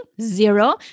zero